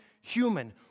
human